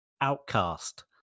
Outcast